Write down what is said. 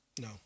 No